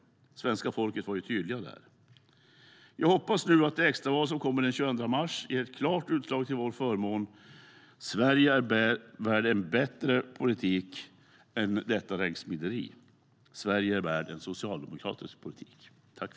Svenska folket var tydligt där. Jag hoppas nu att det extra val som kommer den 22 mars ger ett klart utslag till vår förmån. Sverige är värt en bättre politik än detta ränksmideri. Sverige är värt en socialdemokratisk politik.